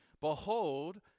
Behold